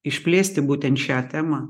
išplėsti būtent šią temą